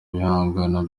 ibihangano